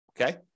Okay